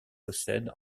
possède